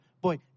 boy